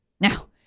Now